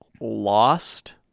Lost